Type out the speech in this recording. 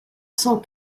cent